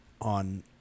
on